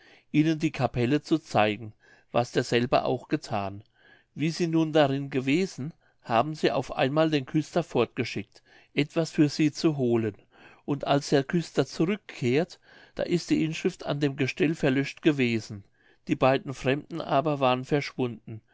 ihnen die capelle zu zeigen was derselbe auch gethan wie sie nun darin gewesen haben sie auf einmal den küster fortgeschickt etwas für sie zu holen und als der küster zurückkehrt da ist die inschrift an dem gestell verlöscht gewesen die beiden fremden aber waren verschwunden